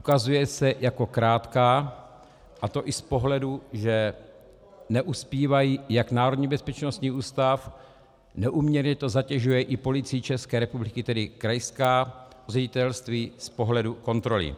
Ukazuje se jako krátká, a to i z pohledu, že neuspívají jak národní bezpečnostní ústav, neúměrně to zatěžuje i Policii České republiky, tedy krajská ředitelství, z pohledu kontroly.